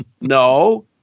no